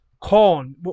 corn